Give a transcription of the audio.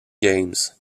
games